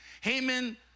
Haman